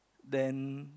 then